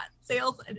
sales